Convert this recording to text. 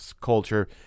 culture